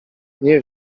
nie